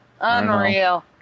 Unreal